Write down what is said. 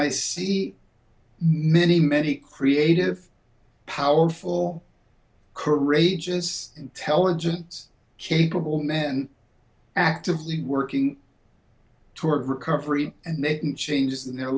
i see many many creative powerful courageous intelligent capable men actively working toward recovery and mitten changes in their